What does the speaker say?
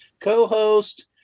co-host